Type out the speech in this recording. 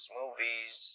movies